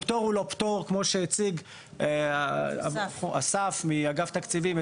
הפטור הוא לא פטור כמו שהציג אסף מאגף תקציבים.